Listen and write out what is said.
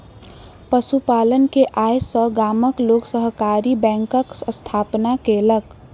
पशु पालन के आय सॅ गामक लोक सहकारी बैंकक स्थापना केलक